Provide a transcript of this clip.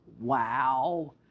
Wow